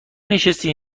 نشستی